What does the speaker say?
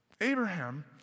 Abraham